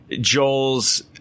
Joel's